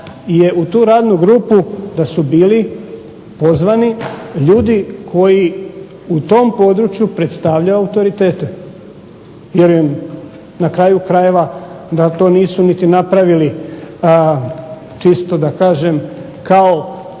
je u tu radnu grupu da su bili pozvani ljudi koji u tom području predstavljaju autoritete. Vjerujem na kraju krajeva da to nisu niti napravili čisto da kažem kao